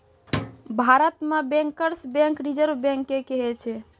भारतो मे bankers bank reserve bank के कहै छै